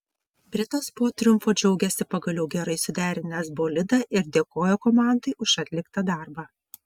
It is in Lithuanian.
britas po triumfo džiaugėsi pagaliau gerai suderinęs bolidą ir dėkojo komandai už atliktą darbą